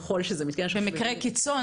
ככל שזה --- שבמקרה קיצון,